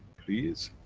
please,